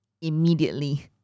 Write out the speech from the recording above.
immediately